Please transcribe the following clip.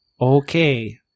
Okay